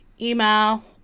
email